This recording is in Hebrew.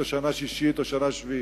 שנה שישית או שנה שביעית.